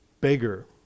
beggar